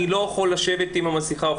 הוא לא יכול לשבת עם המסכה.